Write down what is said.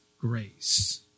grace